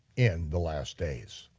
in the last days.